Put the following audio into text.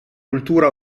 cultura